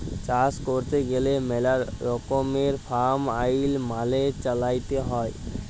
চাষ ক্যইরতে গ্যালে ম্যালা রকমের ফার্ম আইল মালে চ্যইলতে হ্যয়